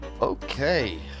Okay